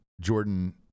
Jordan